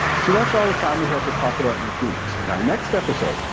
so that's all the time we have to talk about neutrinos. in our next episode,